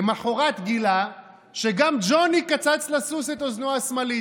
למוחרת גילה שגם ג'וני קצץ לסוס את אוזנו השמאלית.